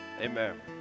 Amen